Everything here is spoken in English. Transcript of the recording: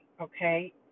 okay